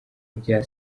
bya